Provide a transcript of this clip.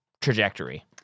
trajectory